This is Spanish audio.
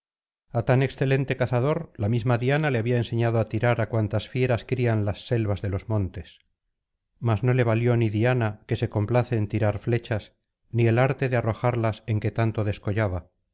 a tan excelente cazador la misma diana le había enseñado á tirar á cuantas fieras crían las selvas de ips montes mas no le valió ni diana que se complace en tirar flechas ni el arte de arrojarlas en que tanto descollaba